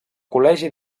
col·legi